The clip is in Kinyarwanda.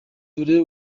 dore